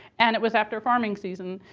and it was after farming season.